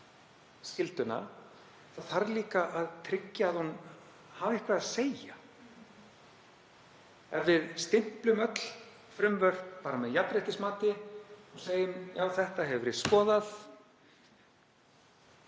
skylduna, það þarf líka að tryggja að hún hafi eitthvað að segja. Ef við stimplum öll frumvörp með jafnréttismati og segjum: „Já, þetta hefur verið